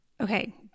Okay